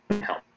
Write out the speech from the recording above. help